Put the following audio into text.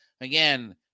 Again